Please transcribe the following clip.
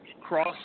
cross